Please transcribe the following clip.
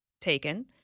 taken